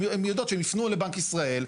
הן יודעות שהן יפנו לבנק ישראל,